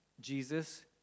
Jesus